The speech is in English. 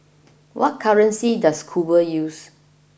what currency does Cuba use